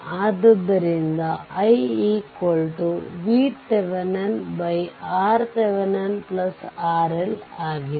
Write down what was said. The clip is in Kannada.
ಆದ್ದರಿಂದ i VThevenin RThevenin RL ಆಗಿದೆ